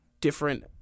different